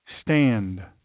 Stand